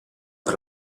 per